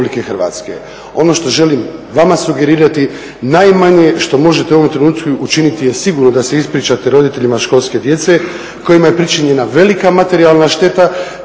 RH. Ono što želim vama sugerirati najmanje što možete u ovom trenutku učiniti je sigurno da se ispričate roditeljima školske djece kojima je pričinjena velika materijalna šteta,